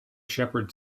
shepherd